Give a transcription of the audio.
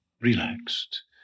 relaxed